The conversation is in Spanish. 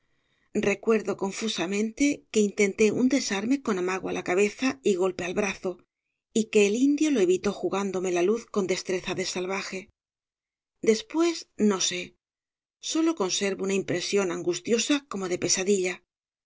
recuerdo confusamente que intenté un desarme con amago á la cabeza y golpe al brazo y que el indio lo evitó jugándome la luz con destreza de salvaje después no sé sólo conservo una impresión angustiosa como de pesadilla